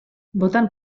voten